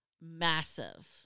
massive